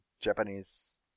Japanese